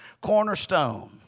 cornerstone